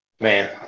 man